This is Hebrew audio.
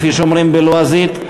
כפי שאומרים בלועזית,